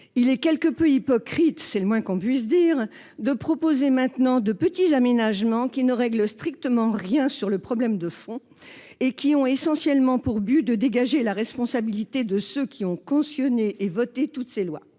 Il est quelque peu hypocrite- c'est le moins que l'on puisse dire -de proposer maintenant de petits aménagements qui ne règlent strictement rien sur le fond et qui ont essentiellement pour objet de dégager la responsabilité de ceux qui ont cautionné et voté toutes ces lois.